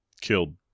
killed